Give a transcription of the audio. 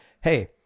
Hey